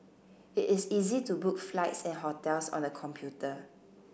it is easy to book flights and hotels on the computer